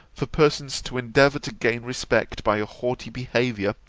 for persons to endeavour to gain respect by a haughty behaviour,